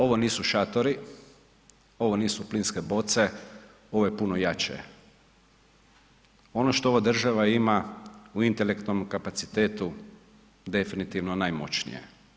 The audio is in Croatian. Ovo nisu šatori, ovo nisu plinske boce ovo je puno jače, ono što ova država ima u intelektualnom kapacitetu definitivno najmoćnije.